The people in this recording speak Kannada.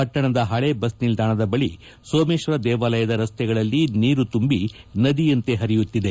ಪಟ್ಟಣದ ಹಳೆ ಬಸ್ ನಿಲ್ದಾಣದ ಬಳಿ ಸೋಮೇಶ್ವರ ದೇವಾಲಯದ ರಸ್ತೆಗಳಲ್ಲಿ ನೀರು ತುಂಬಿ ನದಿಯಂತೆ ಪರಿಯುತ್ತಿದೆ